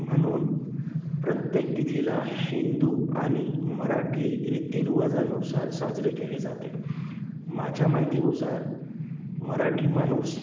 म्हणून प्रत्येक तिथीला हिंदू आणि मराठी रीतिरिवाजानुसार साजरे केले जाते माझ्या माहितीनुसार मराठी माणूस